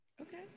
Okay